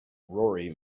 rory